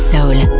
Soul